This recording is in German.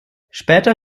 später